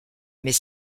mais